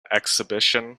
exhibition